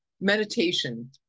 meditation